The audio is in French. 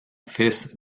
fils